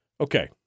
okay